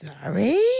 Sorry